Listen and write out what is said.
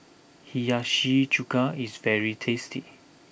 Hiyashi Chuka is very tasty